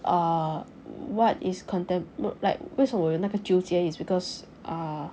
uh what is contact~ like 为什么我有那个纠结 is because uh